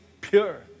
pure